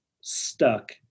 stuck